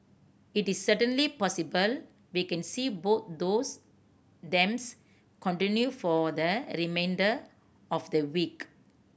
it is certainly possible we can see both those themes continue for the remainder of the week